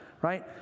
right